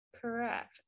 Correct